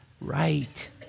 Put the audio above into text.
right